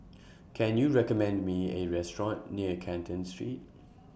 Can YOU recommend Me A Restaurant near Canton Street